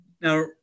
Now